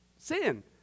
sin